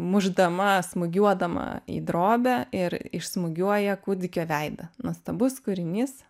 mušdama smūgiuodama į drobę ir išsmūgiuoja kūdikio veidą nuostabus kūrinys